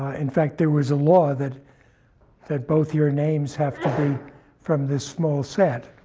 in fact, there was a law that that both your names have to be from this small set.